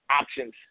options